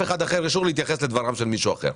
אחד אישור להתייחס לדבריו של מישהו אחר.